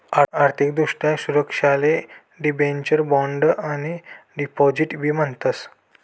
आर्थिक दृष्ट्या सुरक्षाले डिबेंचर, बॉण्ड आणि डिपॉझिट बी म्हणतस